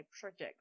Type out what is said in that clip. project